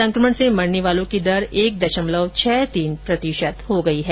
संक्रमण से मरने वालों की दर एक दशमलव छह तीन प्रतिशत रह गई है